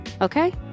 Okay